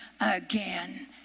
again